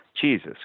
Jesus